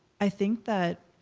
i think that